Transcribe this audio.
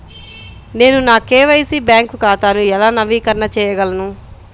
నేను నా KYC bank ఖాతాను ఎలా నవీకరణ చేయగలను?